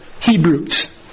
Hebrews